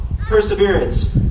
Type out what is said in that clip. perseverance